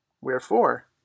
Wherefore